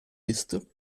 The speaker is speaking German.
liste